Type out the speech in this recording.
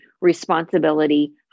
responsibility